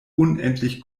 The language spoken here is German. unendlich